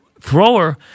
thrower